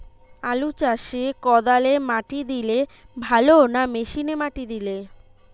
আলু চাষে কদালে মাটি দিলে ভালো না মেশিনে মাটি দিলে?